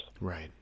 Right